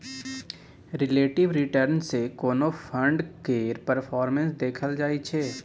relative return सँ कोनो fund केर परफॉर्मेस देखल जाइ छै